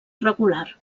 regular